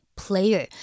player